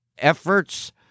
efforts